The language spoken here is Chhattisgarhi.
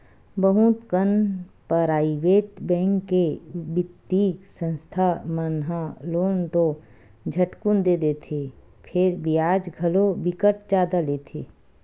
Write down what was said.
बहुत कन पराइवेट बेंक के बित्तीय संस्था मन ह लोन तो झटकुन दे देथे फेर बियाज घलो बिकट जादा लेथे